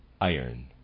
Iron